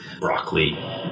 broccoli